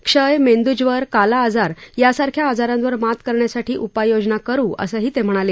क्षय मेंदूज्वर काला आजार यासारख्या आजारावर मात करण्यासाठी उपाययोजना करु असंही ते म्हणाले